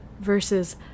versus